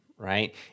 right